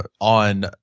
on